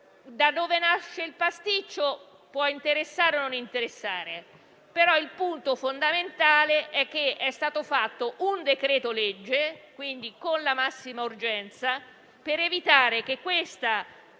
da dove nasce il pasticcio può interessare o meno, però il punto fondamentale è che è stato presentato un decreto-legge, quindi con la massima urgenza, per evitare che questa